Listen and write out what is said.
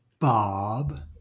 Bob